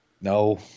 No